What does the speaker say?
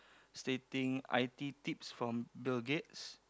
stating i_t tips from the gates